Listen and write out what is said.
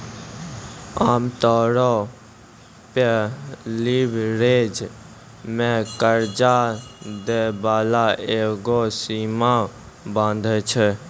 आमतौरो पे लीवरेज मे कर्जा दै बाला एगो सीमा बाँधै छै